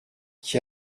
qui